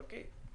חכי.